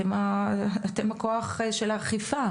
אתם הכוח של האכיפה,